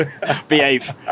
behave